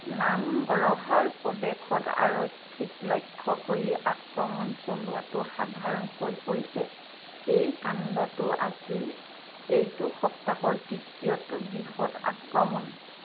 নামগৰহাৰ প্ৰদেশত আৰক্ষীক লক্ষ্য কৰি আক্ৰমণ চলোৱাটো সাধাৰণ হৈ পৰিছে এই কাণ্ডটো আছিল এইটো সপ্তাহৰ তৃতীয়টো বৃহৎ আক্ৰমণ